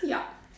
yup